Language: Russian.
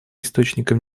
источником